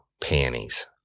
panties